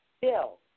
Bill